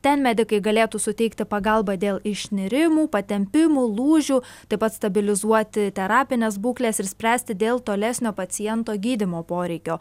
ten medikai galėtų suteikti pagalbą dėl išnirimų patempimų lūžių taip pat stabilizuoti terapines būkles ir spręsti dėl tolesnio paciento gydymo poreikio